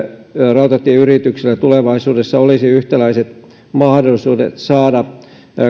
rautatieyrityksillä olisi tulevaisuudessa yhtäläiset mahdollisuudet saada